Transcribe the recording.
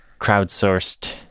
crowdsourced